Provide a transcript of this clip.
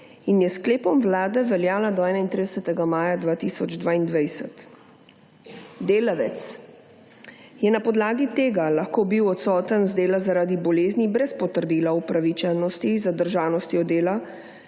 in je s sklepom Vlade veljala do 31. maja 2022. Delavec je na podlagi tega lahko bil odsoten z dela zaradi bolezni brez potrdila upravičenosti, zadržanosti od dela,